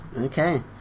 Okay